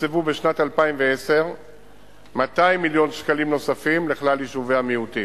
תוקצבו בשנת 2010 200 מיליון שקלים נוספים לכלל יישובי המיעוטים.